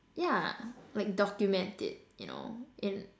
yeah like document it you know in